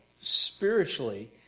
spiritually